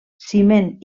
ciment